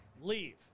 leave